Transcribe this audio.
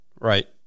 right